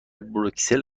بروسل